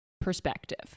perspective